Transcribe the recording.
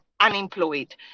unemployed